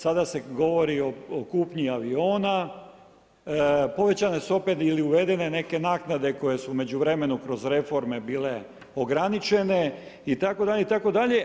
Sada se govori o kupnji aviona, povećane su opet ili uvedene neke naknade koje su u međuvremenu kroz reforme bile ograničene itd. itd.